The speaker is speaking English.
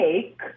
take